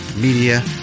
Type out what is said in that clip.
Media